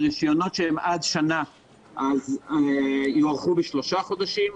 רישיונות שהם עד שנה יוארכו בשלושה חודשים,